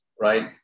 right